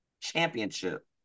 championship